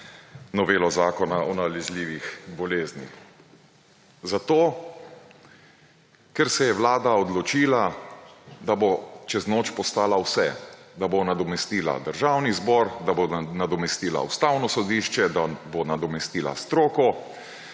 novelo zakona o nalezljivih bolezni. Zato, ker se je Vlada odločila, da bo čez noč postala vse, da bo nadomestila Državni zbor, da bo nadomestila Ustavno sodišče, da bo nadomestila stroko,